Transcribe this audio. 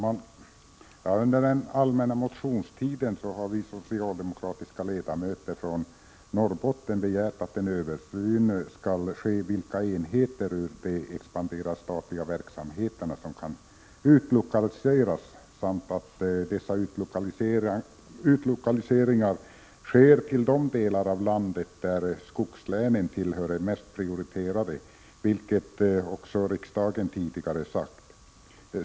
Herr talman! Under den allmänna motionstiden har vi socialdemokratiska ledamöter från Norrbotten begärt att en översyn skall ske över vilka enheter i de expanderande statliga verksamheterna som kan utlokaliseras samt att dessa utlokaliseringar sker till de delar av landet, där skogslänen tillhör de mest prioriterade, vilket också riksdagen tidigare sagt.